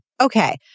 Okay